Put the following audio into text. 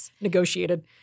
negotiated